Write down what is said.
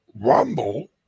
Rumble